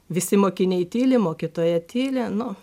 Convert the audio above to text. visi mokiniai tyli mokytoja tyli nu